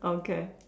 okay